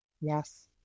Yes